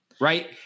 Right